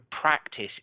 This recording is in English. practice